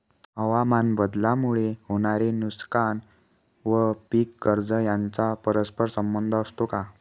हवामानबदलामुळे होणारे नुकसान व पीक कर्ज यांचा परस्पर संबंध असतो का?